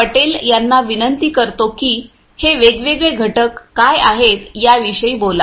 पटेल यांना विनंती करतो की हे वेगवेगळे घटक काय आहेत याविषयी बोला